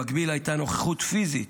במקביל, הייתה נוכחות פיזית